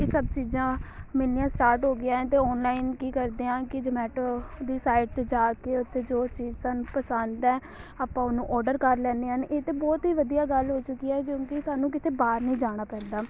ਇਹ ਸਭ ਚੀਜ਼ਾਂ ਮਿਲਣੀਆਂ ਸਟਾਰਟ ਹੋ ਗਈਆਂ ਅਤੇ ਉਹਨਾਂ ਨੂੰ ਕੀ ਕਰਦੇ ਹਾਂ ਕਿ ਜੋਮੈਟੋ ਦੀ ਸਾਈਡ 'ਤੇ ਜਾ ਕੇ ਉੱਥੇ ਜੋ ਚੀਜ਼ ਸਾਨੂੰ ਪਸੰਦ ਹੈ ਆਪਾਂ ਉਹਨੂੰ ਔਡਰ ਕਰ ਲੈਂਦੇ ਹਨ ਇਹ ਤਾਂ ਬਹੁਤ ਹੀ ਵਧੀਆ ਗੱਲ ਹੋ ਚੁੱਕੀ ਹੈ ਕਿਉਂਕਿ ਸਾਨੂੰ ਕਿਤੇ ਬਾਹਰ ਨਹੀਂ ਜਾਣਾ ਪੈਂਦਾ